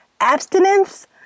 abstinence